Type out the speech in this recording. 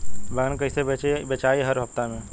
बैगन कईसे बेचाई हर हफ्ता में?